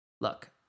look